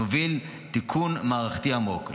נוביל תיקון מערכתי עמוק.